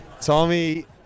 Tommy